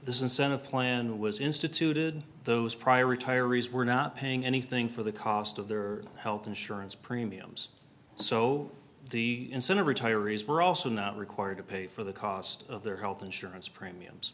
incentive plan was instituted those prior retirees were not paying anything for the cost of their health insurance premiums so the incentive retirees were also not required to pay for the cost of their health insurance premiums